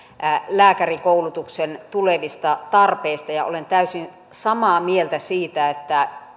lääkärikoulutuksen tulevista tarpeista ja olen täysin samaa mieltä siitä että